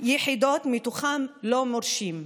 מהם לא מורשים.